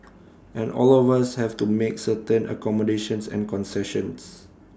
and all of us have to make certain accommodations and concessions